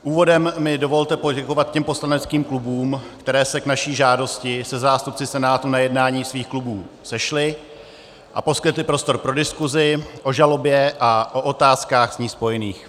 Úvodem mi dovolte poděkovat těm poslaneckých klubům, které se k naší žádosti se zástupci Senátu na jednání svých klubů sešly a poskytly prostor pro diskuzi o žalobě a o otázkách s ní spojených.